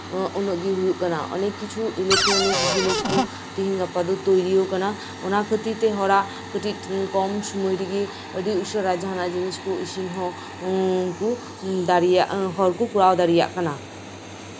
ᱩᱱᱟᱹᱜ ᱜᱮ ᱦᱩᱭᱩᱜ ᱠᱟᱱᱟ ᱚᱱᱮᱠ ᱠᱤᱪᱷᱩ ᱤᱞᱮᱠᱴᱚᱨᱚᱱᱤᱠ ᱡᱤᱱᱤᱥ ᱠᱚ ᱛᱮᱦᱤᱧ ᱜᱟᱯᱟ ᱫᱚ ᱛᱳᱭᱨᱤ ᱠᱟᱱᱟ ᱚᱱᱟ ᱠᱷᱟᱹᱛᱤᱨ ᱛᱮ ᱦᱚᱲᱟᱜ ᱠᱚᱢ ᱥᱚᱢᱚᱭ ᱨᱮᱜᱮ ᱡᱟᱦᱟᱱᱟᱜ ᱡᱤᱱᱤᱥ ᱠᱚ ᱤᱥᱤᱱ ᱦᱚᱸ ᱦᱚᱲᱠᱚ ᱫᱟᱲᱮᱜ ᱦᱚᱲᱠᱚ ᱠᱚᱨᱟᱣ ᱫᱟᱲᱮᱭᱟᱜ ᱠᱟᱱᱟ